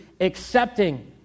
accepting